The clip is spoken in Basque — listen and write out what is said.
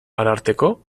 ararteko